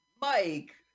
Mike